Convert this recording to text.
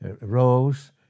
rose